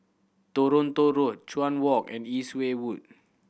Toronto Road Chuan Walk and East Way Wood